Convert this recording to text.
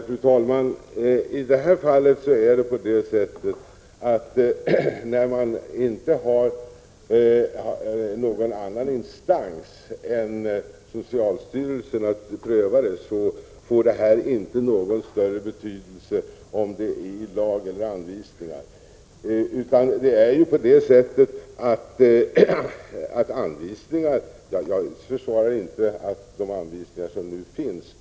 Fru talman! I det här fallet, när man inte har någon annan instans för prövning än socialstyrelsen, har det inte någon större betydelse om reglerna finns i lag eller anvisningar. Jag försvarar inte de anvisningar som nu finns.